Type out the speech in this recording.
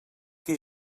qui